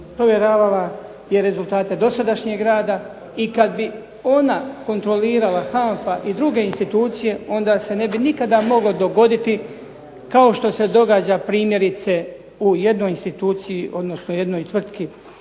provjeravala i rezultate dosadašnjeg rada, i kad bi ona kontrolirala HANFA i druge institucije onda se ne bi nikada moglo dogoditi, kao što se događa primjerice u jednoj instituciji, odnosno jednoj tvrtki